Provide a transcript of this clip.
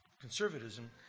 conservatism